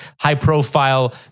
high-profile